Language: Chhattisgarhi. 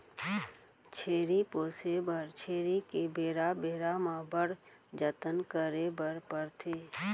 छेरी पोसे बर छेरी के बेरा बेरा म बड़ जतन करे बर परथे